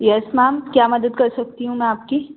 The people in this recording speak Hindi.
यस मैम क्या मदद कर सकती हूँ मैं आपकी